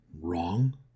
wrong